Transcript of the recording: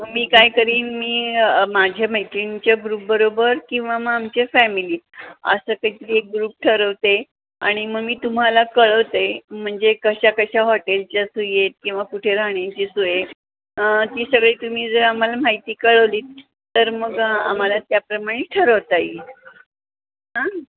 मग मी काय करीन मी माझ्या मैत्रिणींच्या ग्रुपबरोबर किंवा मग आमच्या फॅमिली असं काही तरी एक ग्रुप ठरवते आणि मग मी तुम्हाला कळवते म्हणजे कशा कशा हॉटेलच्या सोयी आहेत किंवा कुठे राहण्याची सोय आहे ती सगळी तुम्ही जर आम्हाला माहिती कळवली तर मग आम्हाला त्याप्रमाणे ठरवता येईल हां